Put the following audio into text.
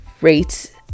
rate